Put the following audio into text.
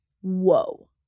whoa